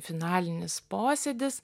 finalinis posėdis